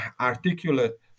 articulate